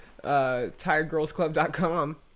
TiredGirlsClub.com